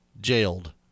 jailed